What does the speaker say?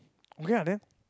okay ah then